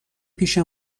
پیش